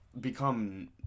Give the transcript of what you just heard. become